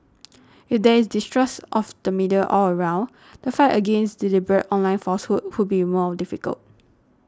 if there is distrust of the media all around the fight against deliberate online falsehoods will be more difficult